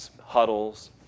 huddles